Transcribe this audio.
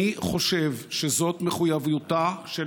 אני חושב שזו מחויבותה של